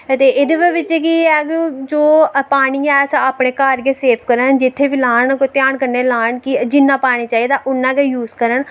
एहदे बिच एह् कि जो पानी अस अपने घार गै सेव करा जित्थै बी लान ध्यान कन्नै लान जिन्ना पानी चाहिदा उन्ना गै यूज करन